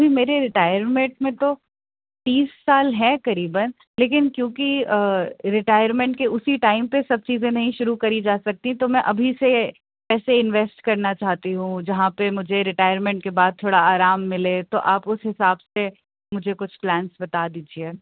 جی میرے ریٹائرمنٹ میں تو تیس سال ہے قریباً لیکن کیونکہ ریٹائرمنٹ کے اسی ٹائم پہ سب چیزیں نہیں شروع کری جا سکتی تو میں ابھی سے پیسے انویسٹ کرنا چاہتی ہوں جہاں پہ مجھے ریٹائرمنٹ کے بعد تھوڑا آرام ملے تو آپ اس حساب سے مجھے کچھ پلانس بتا دیجیے